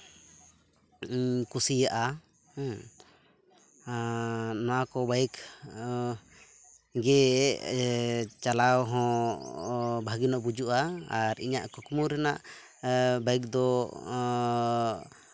ᱠᱩᱥᱤᱭᱟᱜᱼᱟ ᱦᱩᱸ ᱱᱚᱣᱟ ᱠᱚ ᱵᱟᱭᱤᱠ ᱜᱮ ᱪᱟᱞᱟᱣ ᱦᱚᱸ ᱵᱷᱟᱹᱜᱤ ᱧᱚᱜ ᱵᱩᱡᱩᱜᱼᱟ ᱤᱨ ᱤᱧᱟᱹᱜ ᱠᱩᱠᱢᱩ ᱨᱮᱱᱟᱜ ᱵᱟᱭᱤᱠ ᱫᱚ